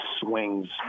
swings